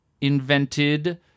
invented